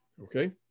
Okay